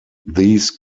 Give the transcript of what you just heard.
these